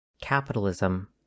Capitalism